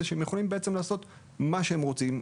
שהם יכולים בעצם לעשות מה שהם רוצים,